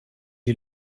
est